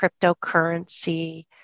cryptocurrency